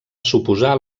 suposar